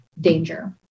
danger